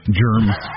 germs